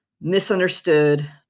Misunderstood